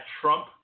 Trump